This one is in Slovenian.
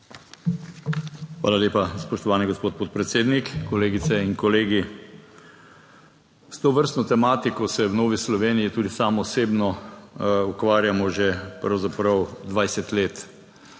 Hvala lepa. Spoštovani gospod podpredsednik, kolegice in kolegi! S tovrstno tematiko se v Novi Sloveniji tudi sam osebno ukvarjamo že pravzaprav 20 let.